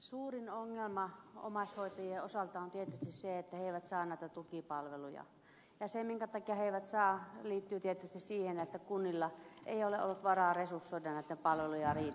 suurin ongelma omaishoitajien osalta on tietysti se että he eivät saa näitä tukipalveluja ja se minkä takia he eivät saa liittyy tietysti siihen että kunnilla ei ole ollut varaa resursoida näitä palveluja riittävästi